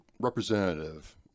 representative